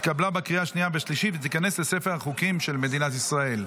התקבלה בקריאה השנייה והשלישית ותיכנס לספר החוקים של מדינת ישראל.